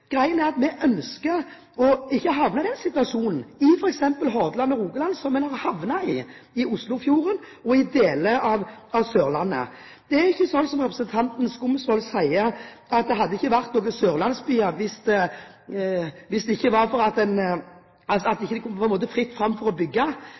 er at vi ikke ønsker å havne i den situasjonen, i f.eks. Hordaland og Rogaland, som en har havnet i i Oslofjordområdet og på deler av Sørlandet. Det er ikke slik, som representanten Skumsvoll sier, at det ikke hadde vært noen sørlandsbyer hvis det ikke var for at det ikke var fritt fram for